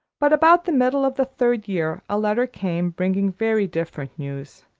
but about the middle of the third year a letter came bringing very different news.